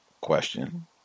Question